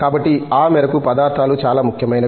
కాబట్టి ఆ మేరకు పదార్థాలు చాలా ముఖ్యమైనవి